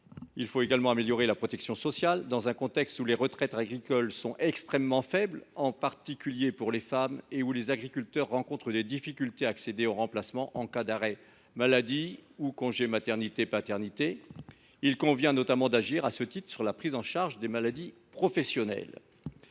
Il convient également d’améliorer la protection sociale, dans un contexte où les retraites agricoles sont extrêmement faibles, en particulier pour les femmes, et où les agriculteurs rencontrent des difficultés à accéder au remplacement en cas d’arrêt maladie ou de congé de maternité ou de paternité. Il convient notamment d’agir, à ce titre, sur la prise en charge des maladies professionnelles.